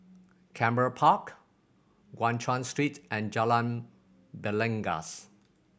Canberra Park Guan Chuan Street and Jalan Belangkas